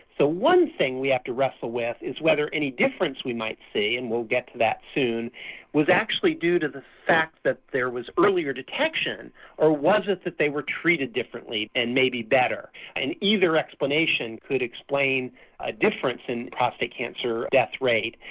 one thing we have to wrestle with is whether any difference we might see and we'll get to that soon was actually due to the fact that there was earlier detection or was it that they were treated differently and maybe better. and either explanation could explain a difference in prostate cancer death rate,